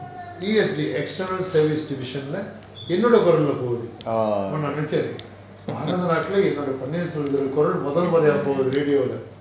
orh